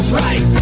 right